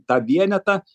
tą vienetą